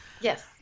Yes